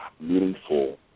meaningful